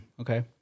Okay